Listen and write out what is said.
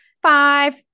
Five